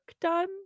done